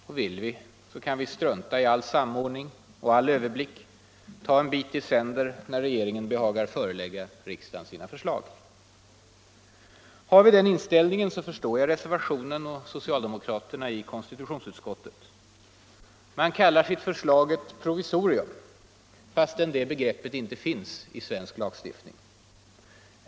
Och vill vi, så kan vi strunta i all samordning och all överblick, ta en bit i sänder när regeringen behagar förelägga riksdagen sina förslag. Har vi den inställningen så förstår jag reservationen och socialdemokraterna i konstitutionsutskottet. Man kallar sitt förslag ett provisorium, fastän det begreppet inte finns i svensk lagstiftning.